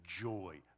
joy